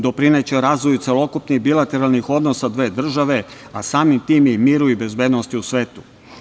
Doprineće razvoju celokupnih bilateralnih odnosa dve države, a samim tim i miru i bezbednosti u svetu.